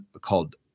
called